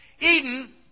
Eden